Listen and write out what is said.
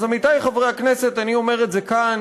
אז, עמיתי חברי הכנסת, אני אומר את זה כאן: